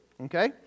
Okay